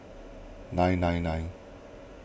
nine nine nine